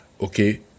okay